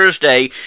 Thursday